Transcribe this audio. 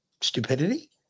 stupidity